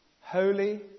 holy